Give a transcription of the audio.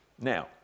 Now